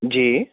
جی